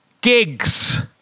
gigs